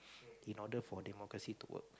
in order for democracy to work